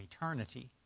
eternity